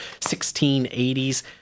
1680s